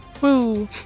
Woo